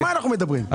על מה אנחנו מדברים?